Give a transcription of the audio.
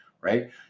right